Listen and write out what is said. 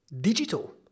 digital